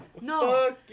No